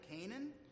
Canaan